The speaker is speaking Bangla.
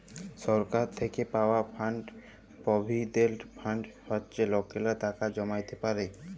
সরকার থ্যাইকে পাউয়া ফাল্ড পভিডেল্ট ফাল্ড হছে লকেরা টাকা জ্যমাইতে পারে